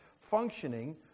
functioning